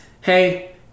hey